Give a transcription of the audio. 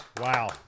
wow